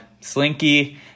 Slinky